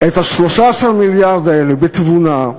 את ה-13 מיליארד האלו בתבונה,